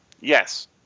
yes